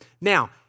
Now